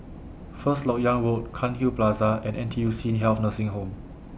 First Lok Yang Road Cairnhill Plaza and N T U C Health Nursing Home